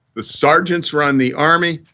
the sergeants run the army.